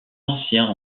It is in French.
anciens